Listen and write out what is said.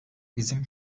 bizim